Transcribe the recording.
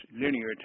linear